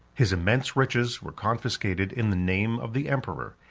his immense riches were confiscated in the name of the emperor,